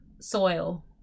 soil